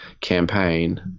campaign